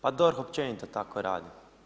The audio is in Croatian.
Pa DORH općenito tako radi.